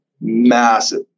Massive